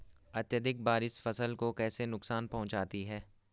अत्यधिक बारिश फसल को कैसे नुकसान पहुंचाती है?